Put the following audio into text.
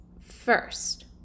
first